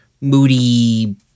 moody